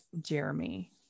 jeremy